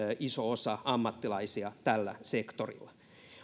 iso osa ammattilaisia tällä sektorilla